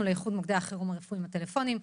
לאיחוד מוקדי החירום הרפואיים הטלפוניים.